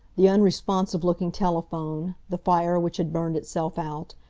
the unresponsive-looking telephone, the fire which had burned itself out,